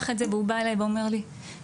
את זה והוא בא אליי ואומר לי 'אמא',